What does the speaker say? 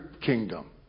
kingdom